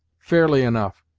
fairly enough.